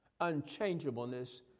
Unchangeableness